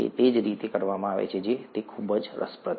તે જે રીતે કરવામાં આવે છે તે ખૂબ જ રસપ્રદ છે